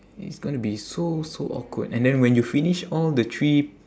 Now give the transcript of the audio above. it's gonna be so so awkward and then when you finish all the three